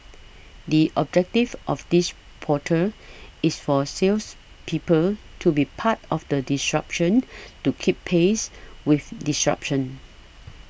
the objective of this portal is for salespeople to be part of the disruption to keep pace with disruption